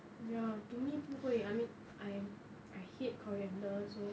ya to me 不会 I mean I'm I hate coriander so